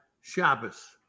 Shabbos